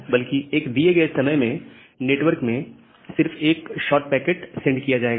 बल्कि एक दिए गए समय में नेटवर्क में सिर्फ एक शॉर्ट पैकेट सेंड किया जाएगा